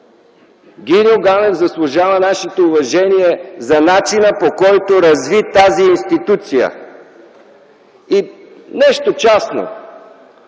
Гиньо Ганев заслужава нашето уважение за начина, по който разви тази институция. Нещо частно.